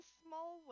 small